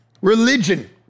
Religion